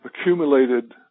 accumulated